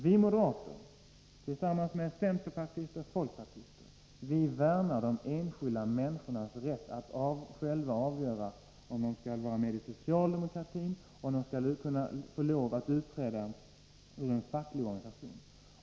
Vi moderater värnar tillsammans med centerpartister och folkpartister de enskilda människornas rätt att själva avgöra om de skall vara med i socialdemokratin och deras rätt att utträda ur en facklig organisation.